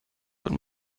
wenn